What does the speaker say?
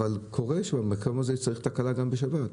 אבל קורה שבמקום הזה יש תקלה גם בשבת.